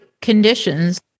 conditions